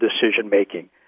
decision-making